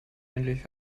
endlich